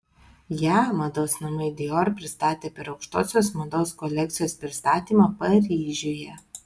ją mados namai dior pristatė per aukštosios mados kolekcijos pristatymą paryžiuje